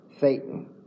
satan